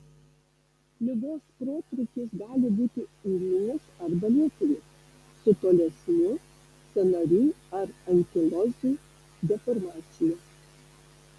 ligos protrūkis gali būti ūminis arba lėtinis su tolesniu sąnarių ar ankilozių deformacija